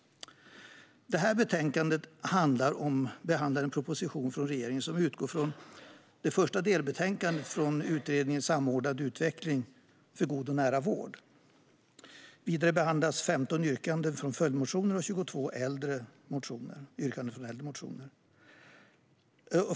Det här betänkandet behandlar en proposition från regeringen som utgår från det första delbetänkandet från utredningen Samordnad utveckling för god och nära vård. Vidare behandlas 15 yrkanden i följdmotioner och 22 yrkanden från äldre motioner.